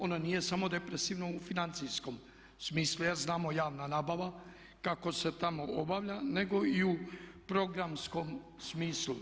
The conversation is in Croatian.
Ono nije samo depresivno u financijskom smislu, znamo javna nabava kako se tamo obavlja nego i u programskom smislu.